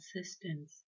assistance